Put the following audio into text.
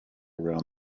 around